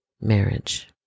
marriage